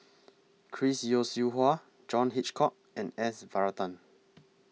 Chris Yeo Siew Hua John Hitchcock and S Varathan